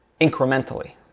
incrementally